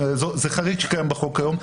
זה חריג שקיים בחוק היום.